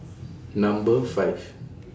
Number five